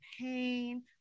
pain